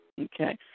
Okay